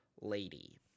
Lady